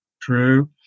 True